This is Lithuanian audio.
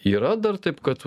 yra dar taip kad